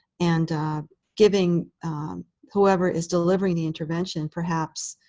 and giving whoever is delivering the intervention, perhaps,